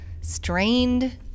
strained